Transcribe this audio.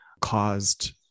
caused